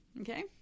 okay